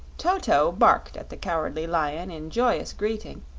toto barked at the cowardly lion in joyous greeting,